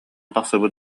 тахсыбыт